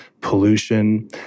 pollution